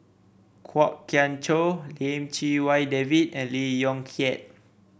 Kwok Kian Chow Lim Chee Wai David and Lee Yong Kiat